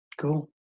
cool